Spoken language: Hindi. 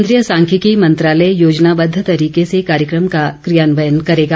केन्द्रीय सांख्यिकी मंत्रालय योजनाबद्ध तरीके से कार्यक्रम का क्रियान्वयन करेगा